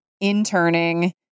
interning